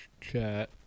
chat